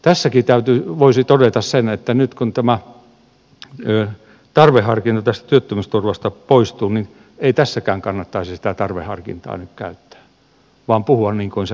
tässäkin voisi todeta sen että nyt kun tämä tarveharkinta tästä työttömyysturvasta poistuu niin ei tässäkään kannattaisi sitä tarveharkintaa nyt käyttää vaan puhua niin kuin se asiakokonaisuus on